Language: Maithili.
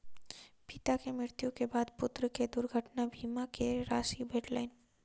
पिता के मृत्यु के बाद पुत्र के दुर्घटना बीमा के राशि भेटलैन